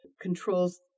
controls